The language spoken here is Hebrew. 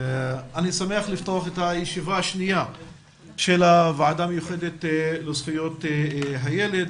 אני שמח לפתוח את הישיבה השנייה של הוועדה המיוחדת לזכויות הילד.